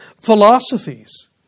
philosophies